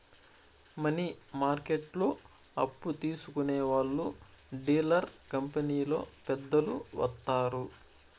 money మార్కెట్లో అప్పు తీసుకునే వాళ్లు డీలర్ కంపెనీలో పెద్దలు వత్తారు